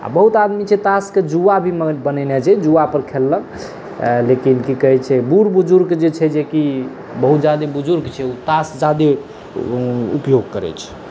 आ बहुत आदमी छै तासकेँ जुवा भी मानि बनेने छै जुवा पर खेललक लेकिन की कहै छै बुढ बुजुर्ग छै जेकि बहुत जादे बुजुर्ग छै ओ तास ज्यादे उपयोग करै छै